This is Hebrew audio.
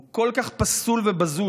הוא כל כך פסול ובזוי,